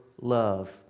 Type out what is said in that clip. love